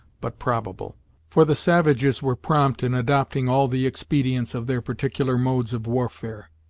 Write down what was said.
but probable for the savages were prompt in adopting all the expedients of their particular modes of warfare,